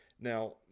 Now